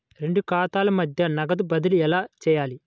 రెండు ఖాతాల మధ్య నగదు బదిలీ ఎలా చేయాలి?